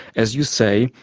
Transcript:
as you say,